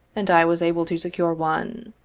and i was able to secure one.